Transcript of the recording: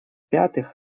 пятых